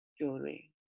jewelry